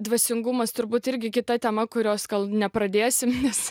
dvasingumas turbūt irgi kita tema kurios gal nepradėsim nes